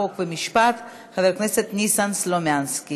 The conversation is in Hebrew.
חוק ומשפט חבר הכנסת ניסן סלומינסקי.